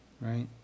right